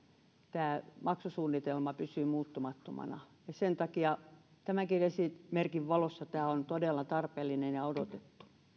tämä maksusuunnitelma pysyy muuttumattomana sen takia tämänkin esimerkin valossa tämä on todella tarpeellinen ja odotettu